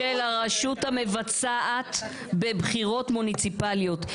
-- של הרשות המבצעת בבחירות מוניציפליות,